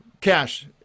cash